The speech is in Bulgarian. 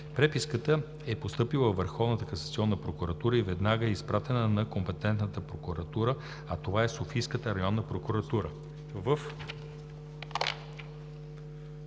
Преписката е постъпила във Върховната касационна прокуратура и веднага е изпратена на компетентната прокуратура, а това е Софийската районна прокуратура.“